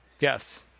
Yes